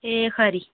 एह् खरी